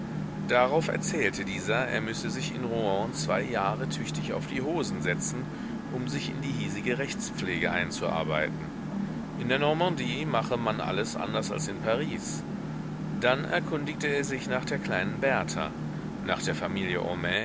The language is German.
darauf erzählte dieser er müsse sich in rouen zwei jahre tüchtig auf die hosen setzen um sich in die hiesige rechtspflege einzuarbeiten in der normandie mache man alles anders als in paris dann erkundigte er sich nach der kleinen berta nach der familie